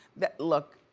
that look,